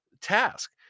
task